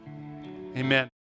Amen